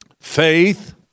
Faith